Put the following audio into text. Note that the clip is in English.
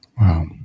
Wow